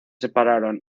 separaron